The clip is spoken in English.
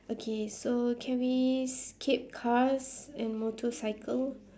okay so can we skip cars and motorcycle